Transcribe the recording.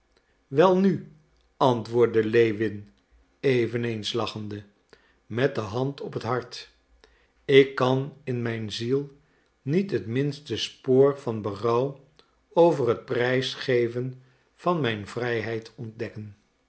welnu antwoordde lewin eveneens lachende met de hand op het hart ik kan in mijn ziel niet het minste spoor van berouw over het prijsgeven van mijn vrijheid ontdekken